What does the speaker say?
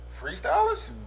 Freestylers